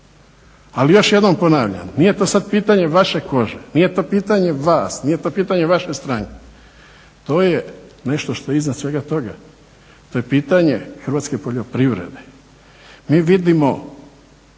ali još jednom ponavljam nije to sad pitanje vaše kože, nije to pitanje vas, nije to pitanje vaše stranke. To je nešto što je iznad svega toga, to je pitanje hrvatske poljoprivrede. Mi vidimo,